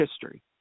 history